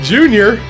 Junior